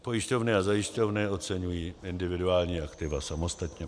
Pojišťovny a zajišťovny oceňují individuální aktiva samostatně.